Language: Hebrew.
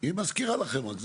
היא מזכירה לכם רק.